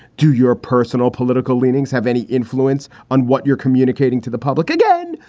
do your personal political leanings have any influence on what you're communicating to the public again?